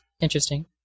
interesting